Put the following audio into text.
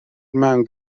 mewn